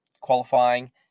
qualifying